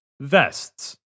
vests